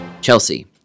chelsea